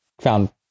found